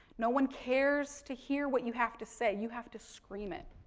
no one cares to hear what you have to say. you have to scream it.